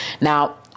Now